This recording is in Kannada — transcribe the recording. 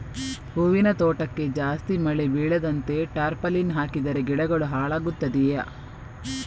ಹೂವಿನ ತೋಟಕ್ಕೆ ಜಾಸ್ತಿ ಮಳೆ ಬೀಳದಂತೆ ಟಾರ್ಪಾಲಿನ್ ಹಾಕಿದರೆ ಗಿಡಗಳು ಹಾಳಾಗುತ್ತದೆಯಾ?